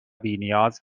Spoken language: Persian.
بینیاز